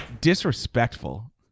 disrespectful